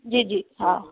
जी जी हा